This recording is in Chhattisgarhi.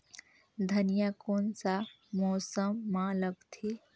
धनिया कोन सा मौसम मां लगथे?